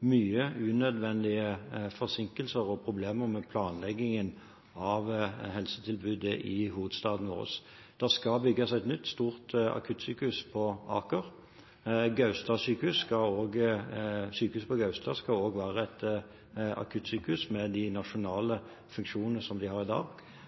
mange unødvendige forsinkelser og problemer med planleggingen av helsetilbudet i hovedstaden vår. Det skal bygges et nytt, stort akuttsykehus på Aker. Sykehuset på Gaustad skal også være et akuttsykehus, med de nasjonale funksjonene som det har i dag.